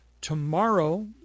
tomorrow